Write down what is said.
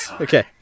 Okay